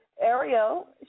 Ariel